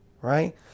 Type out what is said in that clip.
Right